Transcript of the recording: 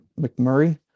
McMurray